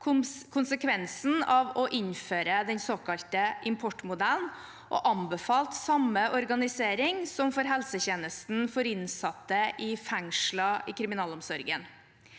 konsekvensene av å innføre den såkalte importmodellen og anbefalte samme organisering som for helsetjenesten for innsatte i fengsler i kriminalomsorgen.